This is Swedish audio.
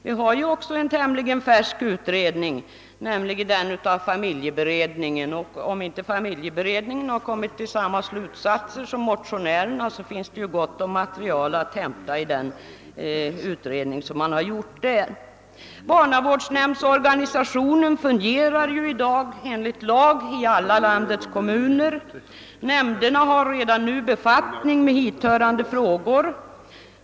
Det finns ju också en tämligen ny utredning, nämligen av familjeberedningen. Eftersom den kom till samma slutsatser när det gäller den praktiska handläggningen som motionärerna finns det material att hämta i den utredning som där är gjord. Barnavårdsnämndsorganisationen fungerar i dag enligt lag i alla landets kommuner. Nämnderna har redan nu befattning med hithörande frågor.